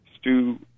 Stu